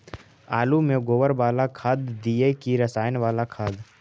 आलु में गोबर बाला खाद दियै कि रसायन बाला खाद?